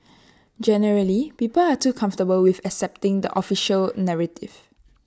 generally people are too comfortable with accepting the official narrative